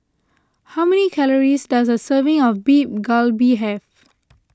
how many calories does a serving of Beef Galbi have